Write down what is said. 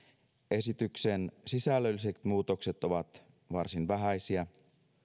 esityksen sisällölliset muutokset ovat varsin vähäisiä